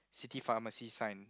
city pharmacy sign